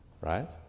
Right